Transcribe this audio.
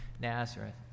Nazareth